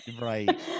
Right